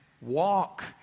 walk